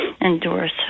endorse